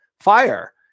fire